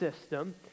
system